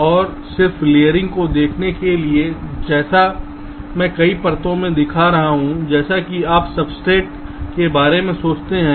और सिर्फ लेयरिंग को देखने के लिए जैसे मैं कई परतों को दिखा रहा हूं जैसे कि आप सब्सट्रेट के बारे में सोचते हैं